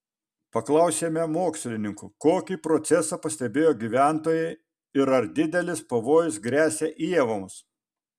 paklausėme mokslininkų kokį procesą pastebėjo gyventojai ir ar didelis pavojus gresia ievoms